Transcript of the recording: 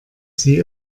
sie